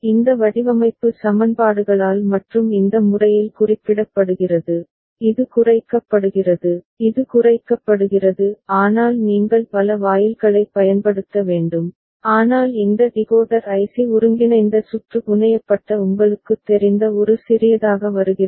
இந்த வடிவமைப்பு சமன்பாடுகளால் மற்றும் இந்த முறையில் குறிப்பிடப்படுகிறது இது குறைக்கப்படுகிறது இது குறைக்கப்படுகிறது ஆனால் நீங்கள் பல வாயில்களைப் பயன்படுத்த வேண்டும் ஆனால் இந்த டிகோடர் ஐசி ஒருங்கிணைந்த சுற்று புனையப்பட்ட உங்களுக்குத் தெரிந்த ஒரு சிறியதாக வருகிறது